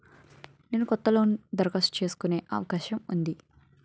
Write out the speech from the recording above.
నేను కొత్త లోన్ దరఖాస్తు చేసుకునే అవకాశం ఉందా?